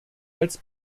als